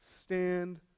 stand